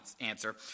answer